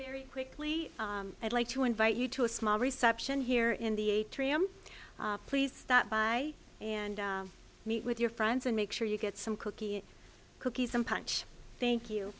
very quickly i'd like to invite you to a small reception here in the atrium please stop by and meet with your friends and make sure you get some cookies cookies and punch thank you